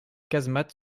casemate